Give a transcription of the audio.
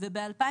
וב-2018